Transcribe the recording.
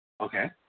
okay